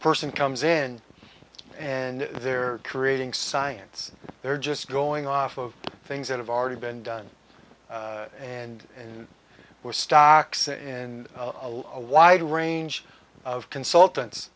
person comes in and they're creating science they're just going off of things that have already been done and and we're stocks in a wide range of consultants